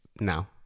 Now